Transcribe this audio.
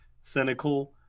cynical